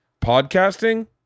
podcasting